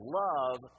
love